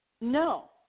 No